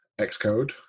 Xcode